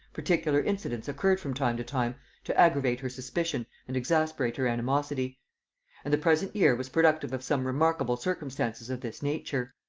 particular incidents occurred from time to time to aggravate her suspicion and exasperate her animosity and the present year was productive of some remarkable circumstances of this nature.